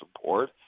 support